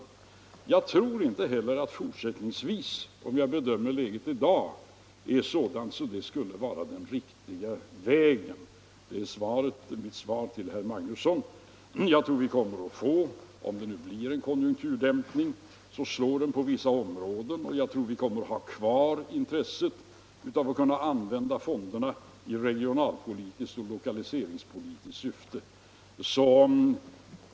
Vid en bedömning i dag tror jag inte heller att läget fortsättningsvis kommer att vara sådant att detta skulle vara den riktiga vägen. Det är mitt svar till herr Magnusson i Borås. Jag tror att om det nu blir en konjunkturdämpning, så slår den på vissa områden, och jag tror att vi kommer att ha kvar intresset av att kunna använda fonderna i regionalpolitiskt och lokaliseringspolitiskt syfte.